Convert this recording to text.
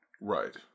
Right